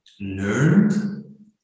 learned